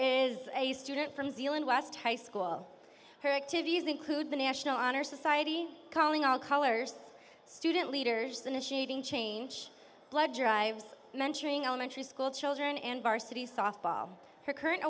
is a student from zealand west high school her activities include the national honor society calling all colors student leaders initiating change blood drives mentoring elementary school children and varsity softball her current